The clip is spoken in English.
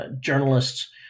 journalists